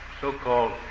so-called